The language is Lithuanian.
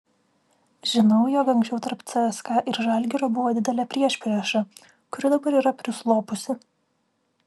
žinau jog anksčiau tarp cska ir žalgirio buvo didelė priešprieša kuri dabar yra prislopusi